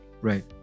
Right